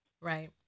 right